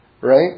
Right